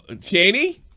Cheney